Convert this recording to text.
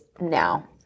now